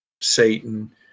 Satan